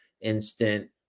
instant